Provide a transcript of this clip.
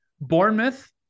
Bournemouth